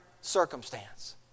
circumstance